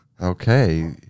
Okay